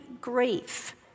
grief